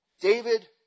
David